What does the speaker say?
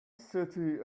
city